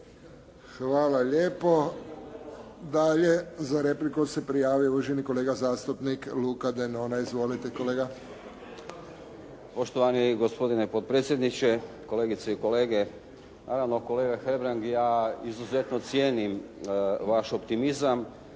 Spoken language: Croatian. Hvala lijepo. Dalje. Za repliku se prijavio uvaženi kolega zastupnik Luka Denona. Izvolite kolega. **Denona, Luka (SDP)** Poštovani gospodine potpredsjedniče, kolegice i kolege. Naravno kolega Hebrang i ja izuzetno cijenim vaš optimizam,